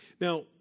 Now